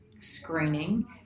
screening